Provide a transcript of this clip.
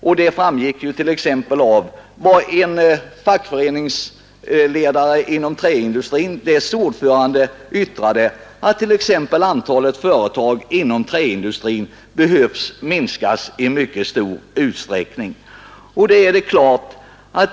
Ordföranden i Svenska träindustriarbetareförbundet har sålunda sagt, att antalet företag inom denna industri behöver skäras ned mycket hårt.